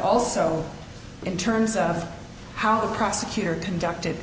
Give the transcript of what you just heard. also in terms of how the prosecutor conducted